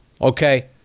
okay